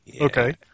Okay